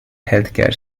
healthcare